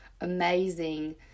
amazing